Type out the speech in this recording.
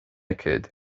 kid